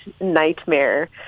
nightmare